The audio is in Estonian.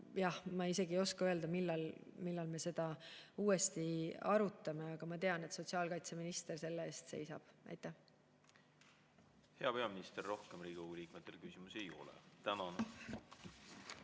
Ma isegi ei oska öelda, millal me seda uuesti arutame, aga ma tean, et sotsiaalkaitseminister selle eest seisab. Hea peaminister! Rohkem Riigikogu liikmetel küsimusi ei ole. Tänan!